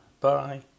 bye